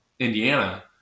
Indiana